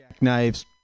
Knives